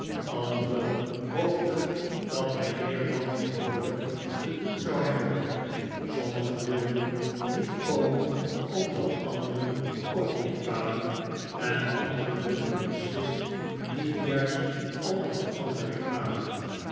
anderen hoopten dat hij meer dan gewoonlijk te doen zou hebben sommigen wilden niet komen omdat anderen ook niet kwamen en anderen wilden beslist niet juist omdat anderen kwamen